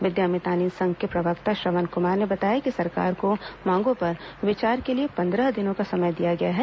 विद्या मितान संघ के प्रवक्ता श्रवण वर्मा ने बताया कि सरकार को मांगों पर विचार के लिए पंद्रह दिनों का समय दिया गया है